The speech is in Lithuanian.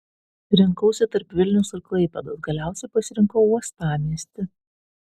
rinkausi tarp vilniaus ir klaipėdos galiausiai pasirinkau uostamiestį